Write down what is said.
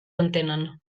entenen